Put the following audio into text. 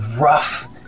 rough